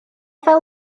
fel